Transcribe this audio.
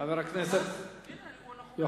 חבר הכנסת יוחנן פלסנר.